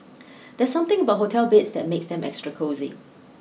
there's something about hotel beds that makes them extra cosy